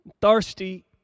thirsty